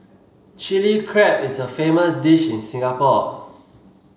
Chilli Crab is a famous dish in Singapore